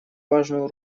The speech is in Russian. важную